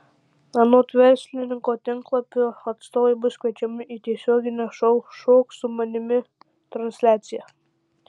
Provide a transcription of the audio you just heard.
anot verslininko tinklapio atstovai bus kviečiami į tiesioginę šou šok su manimi transliaciją